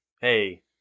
hey